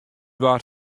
waard